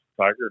Tiger